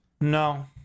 No